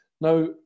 Now